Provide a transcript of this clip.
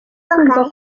kumva